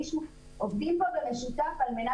בזום?